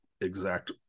exact